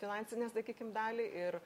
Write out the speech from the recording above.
finansinę sakykim dalį ir